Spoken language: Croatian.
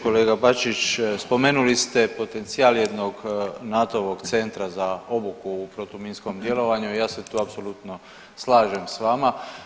Kolega Bačić, spomenuli ste potencijal jednog NATO-vog centra za obuku u protuminskom djelovanju, ja se tu apsolutno slažem s vama.